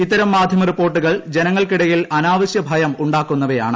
ഇത്തരം മാധ്യമ റിപ്പോർട്ടുകൾ ജനങ്ങൾക്കിടയിൽ അനാവശ്യ ഭയം ഉണ്ടാക്കുന്നവയാണ്